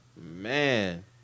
Man